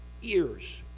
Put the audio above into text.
years